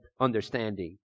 understanding